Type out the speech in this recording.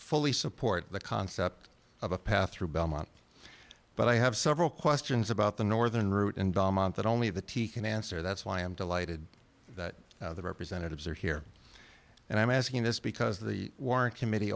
fully support the concept of a path through belmont but i have several questions about the northern route involvement that only the t can answer that's why i'm delighted that the representatives are here and i'm asking this because the warrant committee